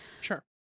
Sure